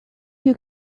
you